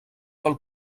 pel